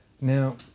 Now